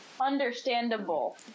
Understandable